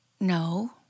No